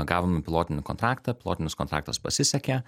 gavom pilotinį kontraktą pilotinis kontraktas pasisekė